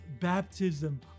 baptism